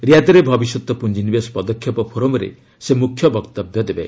ରିଆଦ୍ରେ ଭବିଷ୍ୟତ ପ୍ରଞ୍ଜିନିବେଶ ପଦକ୍ଷେପ ଫୋରମ୍ରେ ସେ ମୁଖ୍ୟ ବକ୍ତବ୍ୟ ଦେବେ